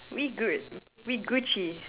we good we Gucci